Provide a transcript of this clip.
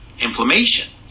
inflammation